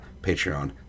patreon